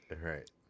Right